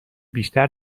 بیشتر